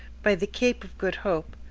by the cape of good hope,